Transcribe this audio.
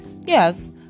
Yes